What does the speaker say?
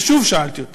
ושוב שאלתי את